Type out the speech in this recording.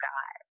God